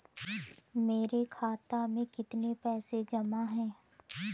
मेरे खाता में कितनी पैसे जमा हैं?